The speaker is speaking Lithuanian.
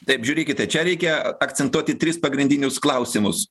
taip žiūrėkite čia reikia akcentuoti tris pagrindinius klausimus